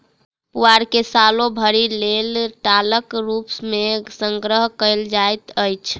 पुआर के सालो भरिक लेल टालक रूप मे संग्रह कयल जाइत अछि